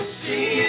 see